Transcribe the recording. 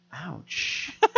Ouch